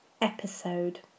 episode